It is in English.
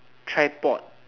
tripod